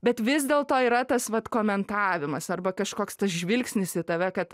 bet vis dėlto yra tas vat komentavimas arba kažkoks tas žvilgsnis į tave kad